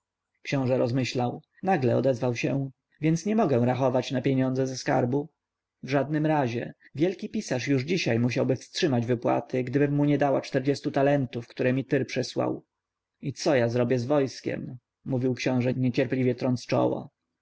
książę rozmyślał nagle odezwał się więc nie mogę rachować na pieniądze ze skarbu w żadnym razie wielki pisarz już dzisiaj musiałby wstrzymać wypłaty gdybym mu nie dała czterdziestu talentów które mi tyr przysłał i co ja zrobię z wojskiem mówił książę niecierpliwie trąc czoło